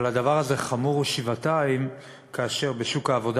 אבל הדבר הזה חמור שבעתיים כאשר בשוק העבודה